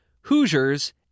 Hoosiers